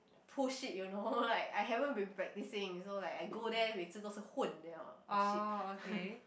push it you know like I haven't been practicing so like I go there 为此都是混 !oh shit!